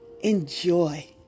enjoy